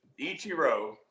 Ichiro